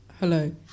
Hello